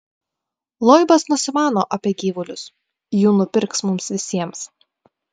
loibas nusimano apie gyvulius jų nupirks mums visiems